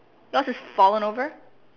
yours is fallen over